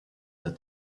that